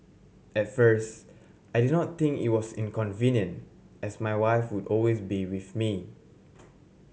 at first I did not think it was inconvenient as my wife would always be with me